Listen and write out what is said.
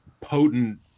potent